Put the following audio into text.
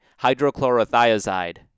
hydrochlorothiazide